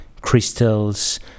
crystals